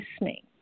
listening